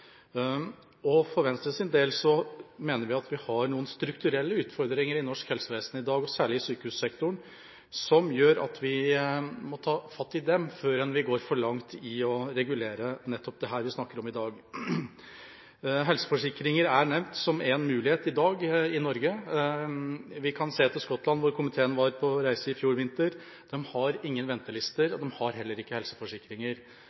ta, og Venstre støtter fullt opp om det. Men det er viktig å skille mellom det å sette noen i en uheldig rolle og det å tilrettelegge for et mer prinsipielt vern. For Venstres del mener vi at vi har noen strukturelle utfordringer i norsk helsevesen i dag, og særlig i sykehussektoren, som gjør at vi må ta fatt i dem før vi går for langt i å regulere nettopp det vi snakker om i dag. Helseforsikringer er nevnt som en mulighet i dag i Norge. Vi